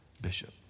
bishop